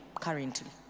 currently